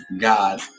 God